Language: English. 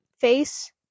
face